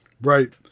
Right